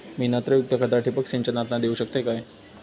मी नत्रयुक्त खता ठिबक सिंचनातना देऊ शकतय काय?